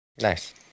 Nice